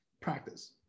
practice